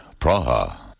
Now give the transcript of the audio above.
Praha